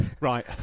Right